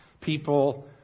People